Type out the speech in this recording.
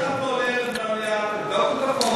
לפני שאתה עולה למליאה תבדוק את החומר